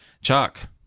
Chuck